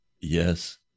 Yes